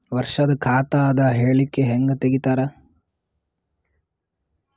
ವರ್ಷದ ಖಾತ ಅದ ಹೇಳಿಕಿ ಹೆಂಗ ತೆಗಿತಾರ?